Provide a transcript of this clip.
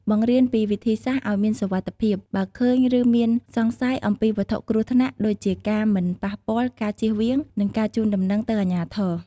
បង្រៀនពីវិធីសាស្ត្រឲ្យមានសុវត្ថិភាព បើឃើញឬមានសង្ស័យអំពីវត្ថុគ្រោះថ្នាក់ ដូចជាការមិនប៉ះពាល់ ការជៀសវាង និងការជូនដំណឹងទៅអាជ្ញាធរ។